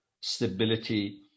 stability